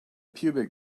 pubic